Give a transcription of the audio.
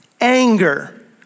Anger